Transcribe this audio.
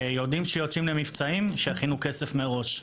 כשיודעים שיוצאים למבצעים שיכינו כסף מראש.